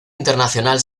internacional